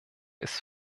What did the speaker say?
ist